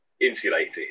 insulated